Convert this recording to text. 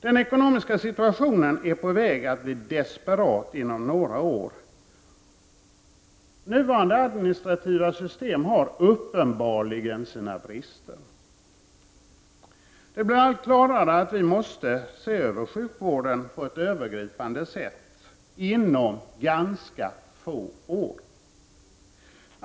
Den ekonomiska situationen är på väg att bli desperat inom några år. Det nuvarande administrativa systemet har uppenbarligen sina brister. Det blir allt klarare att vi måste se över sjukvården på ett övergripande sätt inom ganska få år.